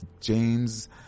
James